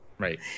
Right